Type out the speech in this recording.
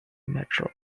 metro